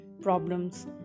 problems